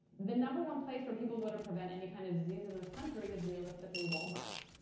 the number one place where people go to prevent any kind of disease in this country is realistically walmart.